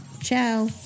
Ciao